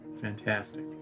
Fantastic